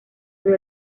del